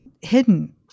hidden